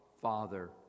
Father